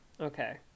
Okay